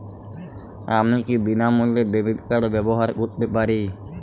আমি কি বিনামূল্যে ডেবিট কার্ড ব্যাবহার করতে পারি?